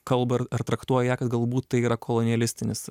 kalba ar ar traktuoja ją kad galbūt tai yra kolonialistinis